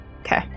Okay